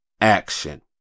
action